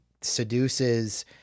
seduces